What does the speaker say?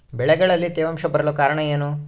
ಬೆಳೆಗಳಲ್ಲಿ ತೇವಾಂಶ ಬರಲು ಕಾರಣ ಏನು?